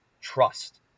trust